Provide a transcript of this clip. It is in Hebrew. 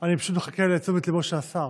אני פשוט מחכה לתשומת ליבו של השר.